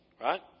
right